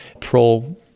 pro